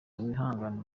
wihangane